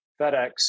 FedEx